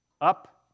up